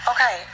Okay